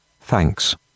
Thanks